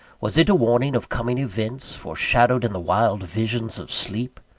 was it a warning of coming events, foreshadowed in the wild visions of sleep?